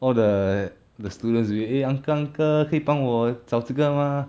all the the students already eh uncle uncle 可以帮我找这个吗